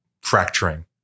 fracturing